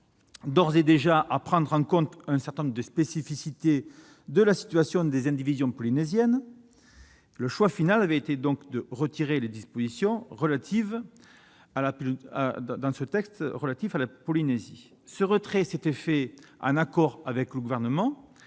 d'ores et déjà, à prendre en compte un certain nombre des spécificités de la situation des indivisions polynésiennes. Le choix final avait été de retirer de ce texte les dispositions relatives à la Polynésie. Ce retrait s'était fait en accord avec le Gouvernement